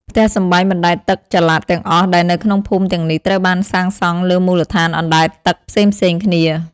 ផ្ទះសម្បែងបណ្ដែតទឹកចល័តទាំងអស់ដែលនៅក្នុងភូមិទាំងនេះត្រូវបានសាងសង់លើមូលដ្ឋានអណ្ដែតទឹកផ្សេងៗគ្នា។